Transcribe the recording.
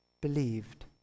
believed